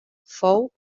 fou